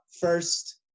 first